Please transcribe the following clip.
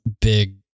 big